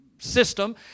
system